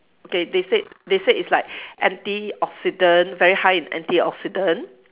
okay they said they said it's like antioxidant very high in antioxidant